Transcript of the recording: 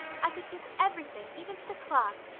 i could kiss everything, even to the clock.